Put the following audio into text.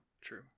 true